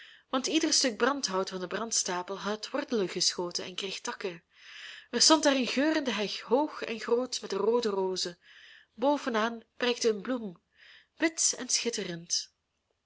want ieder stuk brandhout van den brandstapel had wortelen geschoten en kreeg takken er stond daar een geurende heg hoog en groot met roode rozen bovenaan prijkte een bloem wit en schitterend